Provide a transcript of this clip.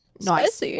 Nice